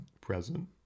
present